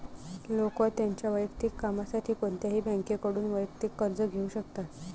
लोक त्यांच्या वैयक्तिक कामासाठी कोणत्याही बँकेकडून वैयक्तिक कर्ज घेऊ शकतात